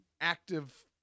active